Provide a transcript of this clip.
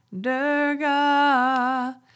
Durga